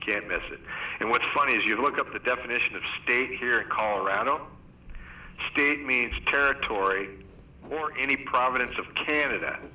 can't miss it and what's funny is you look up the definition of state here colorado state means territory or any prominence of canada